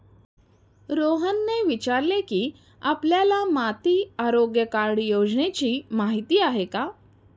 रोहनने विचारले की, आपल्याला माती आरोग्य कार्ड योजनेची माहिती आहे का?